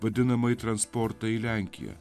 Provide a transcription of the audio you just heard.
vadinamąjį transportą į lenkiją